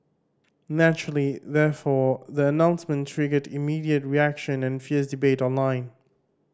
naturally therefore the announcement triggered immediate reaction and fierce debate online